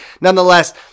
nonetheless